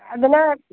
അതിന്